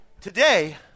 Today